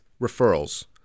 referrals